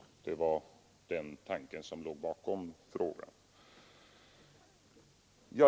Det var den tanken som låg bakom frågan.